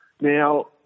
Now